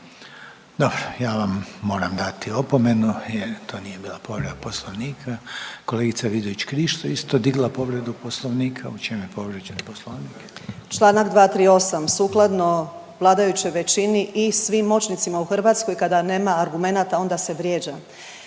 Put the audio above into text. Dobro, ja vam moram dati opomenu jer to nije bila povreda Poslovnika. Kolegica Vidović Krišto isto je digla povredu Poslovnika. U čem je povrijeđen Poslovnik? **Vidović Krišto, Karolina (OIP)** Članak 238., sukladno vladajućoj većini i svim moćnicima u Hrvatskoj kada nema argumenata onda se vrijeđa.